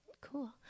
cool